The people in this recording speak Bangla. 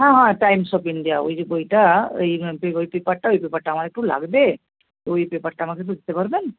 হ্যাঁ হ্যাঁ টাইমস অফ ইন্ডিয়া ওই যে বইটা এই ওই পেপারটা ওই পেপারটা আমার একটু লাগবে তো ওই পেপারটা আমাকে একটু দিতে পারবেন